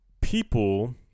people